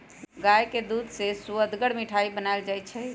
गाय के दूध से सुअदगर मिठाइ बनाएल जाइ छइ